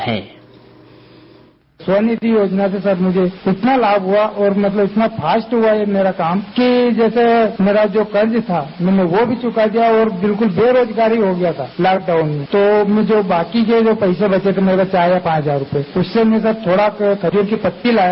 sound bite Svanidhi योजना से मुझे इतना लाम हुआ और इतना फास्ट हुआ मेरा काम कि जैसे मेरा जो कर्ज था मैंने वो भी चुका दिया और बिल्कल बेरोजगार री हो गया था लॉकडाउन में तो बाको के जो पैसे बचे थे चार या पांच हजार रुपये उससे मैं थोडा खजुर की पत्ती लाया